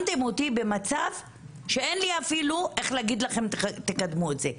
שמתם אותי במצב שאין לי אפילו איך להגיד לכם תקדמו את זה.